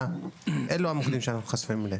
אלה המוקדים שאנחנו חשופים אליהם.